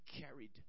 carried